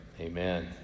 Amen